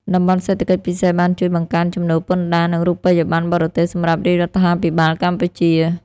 តំបន់សេដ្ឋកិច្ចពិសេសបានជួយបង្កើនចំណូលពន្ធដារ និងរូបិយបណ្ណបរទេសសម្រាប់រាជរដ្ឋាភិបាលកម្ពុជា។